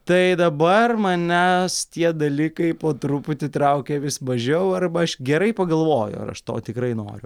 tai dabar manęs tie dalykai po truputį traukia vis mažiau arba aš gerai pagalvoju ar aš to tikrai noriu